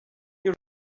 you